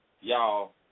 y'all